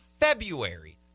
February